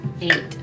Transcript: Eight